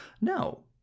No